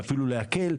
ואפילו להקל,